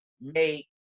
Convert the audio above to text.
make